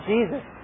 Jesus